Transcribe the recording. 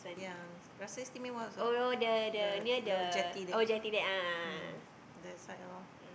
yang Rasa-Istimewa also the the jetty there mm that side lor